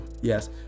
Yes